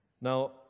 Now